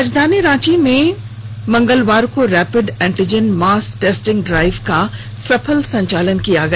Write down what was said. राजधानी रांची में मंगलवार को rapid antigen mass testing drive का सफल संचालन किया गया